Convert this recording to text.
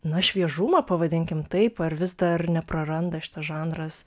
na šviežumą pavadinkime taip ar vis dar nepraranda šitas žanras